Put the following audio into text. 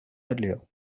earlier